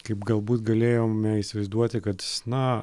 kaip galbūt galėjome įsivaizduoti kad na